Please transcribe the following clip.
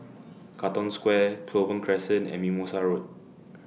Katong Square Clover Crescent and Mimosa Road